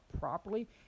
properly